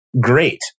great